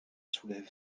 soulève